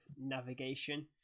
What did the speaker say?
navigation